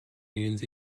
means